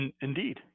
indeed